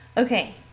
Okay